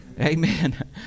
Amen